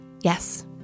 yes